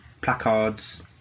Placards